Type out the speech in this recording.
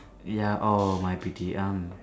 ya orh my pity um